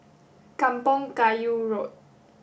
Kampong Kayu Road